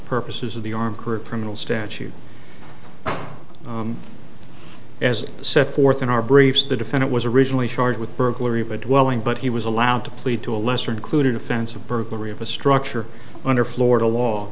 purposes of the armed criminal statute as set forth in our briefs the defendant was originally charged with burglary but welling but he was allowed to plead to a lesser included offense of burglary of a structure under florida law